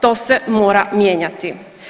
To se mora mijenjati.